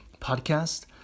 podcast